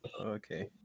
Okay